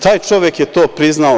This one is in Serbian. Taj čovek je to priznao.